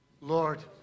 Lord